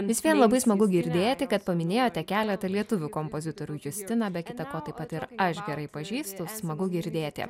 vis vien labai smagu girdėti kad paminėjote keletą lietuvių kompozitorių justiną be kita ko taip pat ir aš gerai pažįstu smagu girdėti